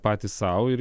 patys sau ir